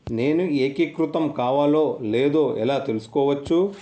నేను ఏకీకృతం కావాలో లేదో ఎలా తెలుసుకోవచ్చు?